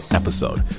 episode